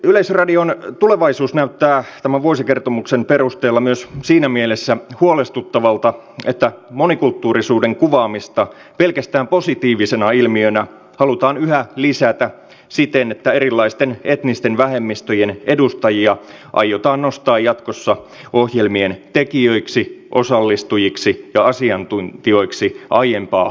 yleisradion tulevaisuus näyttää tämän vuosikertomuksen perusteella myös siinä mielessä huolestuttavalta että monikulttuurisuuden kuvaamista pelkästään positiivisena ilmiönä halutaan yhä lisätä siten että erilaisten etnisten vähemmistöjen edustajia aiotaan nostaa jatkossa ohjelmien tekijöiksi osallistujiksi ja asiantuntijoiksi aiempaa enemmän